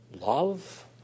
love